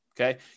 okay